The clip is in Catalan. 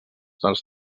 dels